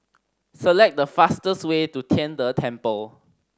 select the fastest way to Tian De Temple